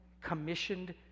commissioned